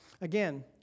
again